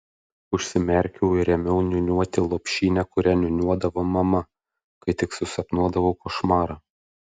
užsimerkiau ir ėmiau niūniuoti lopšinę kurią niūniuodavo mama kai tik susapnuodavau košmarą